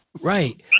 Right